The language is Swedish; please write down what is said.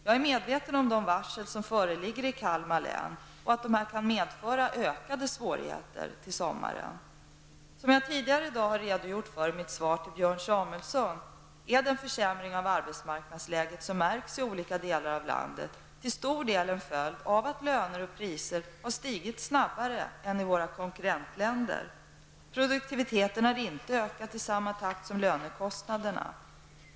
Jag är medveten om de varsel som föreligger i Kalmar län och att dessa kan medföra ökade svårigheter till sommaren. Som jag tidigare i dag har redogjort för i mitt svar till Björn Samuelson, är den försämring av arbetsmarknadsläget som märks i olika delar av landet till stor del en följd av att löner och priser har stigit snabbare än i våra konkurrentländer. Produktiviteten har inte ökat i samma takt som lönekostnaderna.